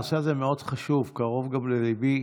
הנושא הזה מאוד חשוב וקרוב גם לליבי.